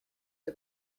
for